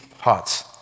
hearts